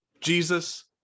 jesus